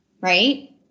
right